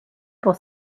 pour